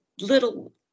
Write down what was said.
little